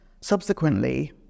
subsequently